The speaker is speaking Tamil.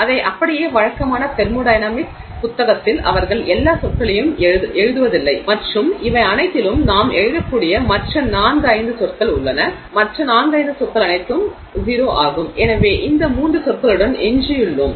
அதை அப்படியே வழக்கமான தெர்மோடையனமிக்ஸ் புத்தகத்தில் அவர்கள் எல்லா சொற்களையும் எழுதுவதில்லை மற்றும் இவை அனைத்திலும் நான் எழுதக்கூடிய மற்ற 4 5 சொற்கள் உள்ளன மற்ற 4 5 சொற்கள் அனைத்தும் 0 ஆகும் எனவே இந்த 3 சொற்களுடன் எஞ்சியுள்ளோம்